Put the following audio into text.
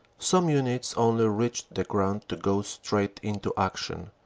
some units only reached the ground to go straight into action.